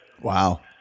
Wow